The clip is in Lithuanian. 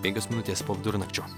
penkios minutės po vidurnakčio